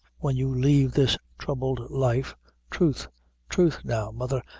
when you leave this throubled life truth truth now, mother,